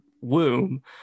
womb